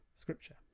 Scripture